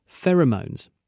pheromones